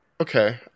Okay